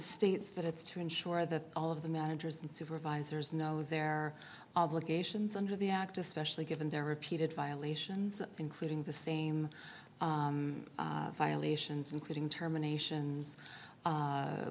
states that it's to ensure that all of the managers and supervisors know their obligations under the act especially given their repeated violations including the same violations including termination